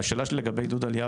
--- השאלה שלי לגבי עידוד העלייה